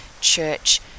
Church